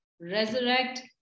resurrect